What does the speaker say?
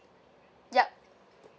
yup